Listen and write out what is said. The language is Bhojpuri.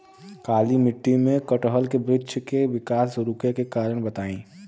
काली मिट्टी में कटहल के बृच्छ के विकास रुके के कारण बताई?